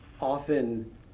often